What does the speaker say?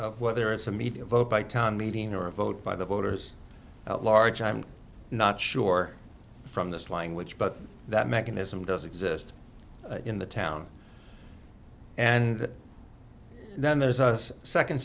of whether it's a media vote by town meeting or a vote by the voters at large i'm not sure from this language but that mechanism does exist in the town and then there's us second